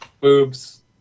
boobs